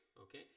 okay